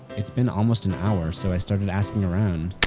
it's been almost and hour so i started asking around.